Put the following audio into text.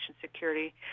security